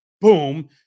boom